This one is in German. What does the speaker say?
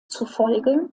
zufolge